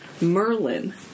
merlin